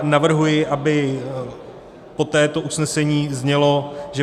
Navrhuji, aby poté usnesení znělo, že